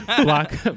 block